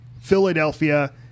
Philadelphia